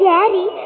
Daddy